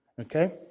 Okay